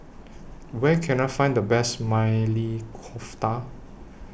Where Can I Find The Best Maili Kofta